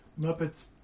Muppets